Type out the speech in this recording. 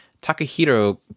Takahiro